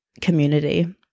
community